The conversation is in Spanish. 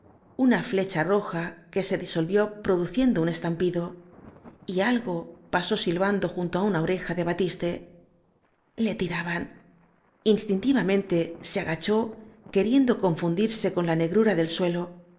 una flecha roja que se disolvió produciendo un es tampido y algo pasó silbando junto á una ore ja de batiste le tiraban instintivamente se agachó queriendo confundirse con la negrura del suelo